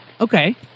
Okay